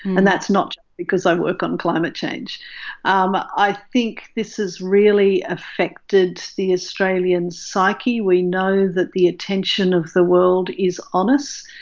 and that's not because i work on climate change um i think this has really affected the australian psyche. we know that the attention of the world is on us.